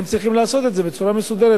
הם צריכים לעשות את זה בצורה מסודרת.